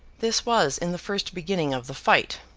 this was in the first beginning of the fight.